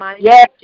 yes